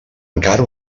encara